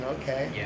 okay